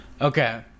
Okay